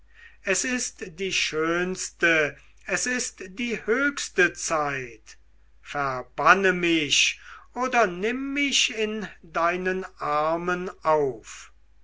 es ist die schönste es ist die höchste zeit verbanne mich oder nimm mich in deinen armen auf